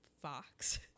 Fox